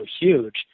huge